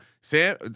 Sam